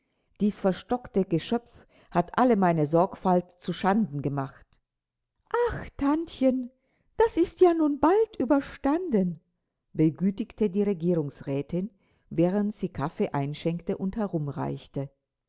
dies verstockte geschöpf hat alle meine sorgfalt zu schanden gemacht ach tantchen das ist ja nun bald überstanden begütigte die regierungsrätin während sie kaffee einschenkte und